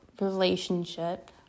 relationship